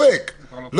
פרופ' גרוטו,